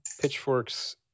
pitchforks